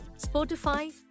Spotify